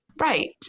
Right